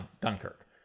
Dunkirk